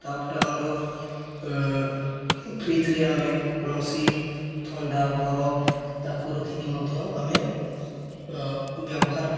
ତା'ପରେ ଆମର ଫ୍ରିଜ୍ରେ ଆମେ କୌଣସି ଥଣ୍ଡା ବରଫ ତାକୁ ରଖିକି ମଧ୍ୟ ଆମେ ବ୍ୟବହାର